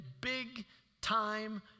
big-time